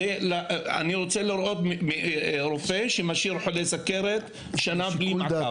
אני רוצה לראות רופא שמשאיר חולה סכרת שנה ללא מעקב.